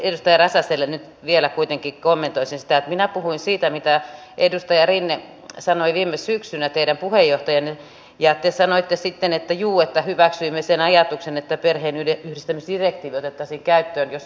edustaja räsäselle nyt vielä kuitenkin kommentoisin sitä että minä puhuin siitä mitä edustaja rinne sanoi viime syksynä teidän puheenjohtajanne ja te sanoitte sitten että juu että hyväksyimme sen ajatuksen että perheenyhdistämisdirektiivi otettaisiin käyttöön jos ymmärsin oikein